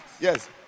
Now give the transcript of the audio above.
Yes